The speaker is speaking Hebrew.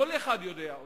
כל אחד יודע אותם.